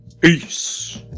Peace